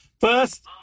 First